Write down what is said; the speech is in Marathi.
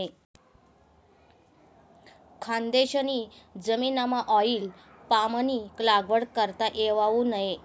खानदेशनी जमीनमाऑईल पामनी लागवड करता येवावू नै